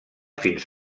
fins